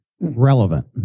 relevant